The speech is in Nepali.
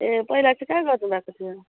ए पहिला कहाँ गर्नु भएको थियो